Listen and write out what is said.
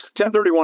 1031